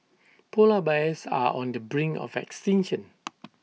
Polar Bears are on the brink of extinction